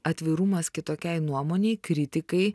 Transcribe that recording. atvirumas kitokiai nuomonei kritikai